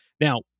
Now